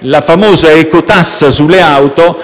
della famosa ecotassa sulle auto,